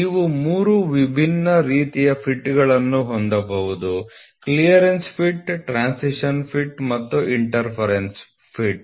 ನೀವು ಮೂರು ವಿಭಿನ್ನ ರೀತಿಯ ಫಿಟ್ಗಳನ್ನು ಹೊಂದಬಹುದು ಕ್ಲಿಯರೆನ್ಸ್ ಫಿಟ್ ಟ್ರಾನ್ಸಿಶನ್ ಫಿಟ್ ಮತ್ತು ಇನ್ಟರ್ಫೀರನ್ಸ ಫಿಟ್